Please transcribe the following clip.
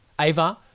ava